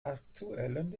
aktuellen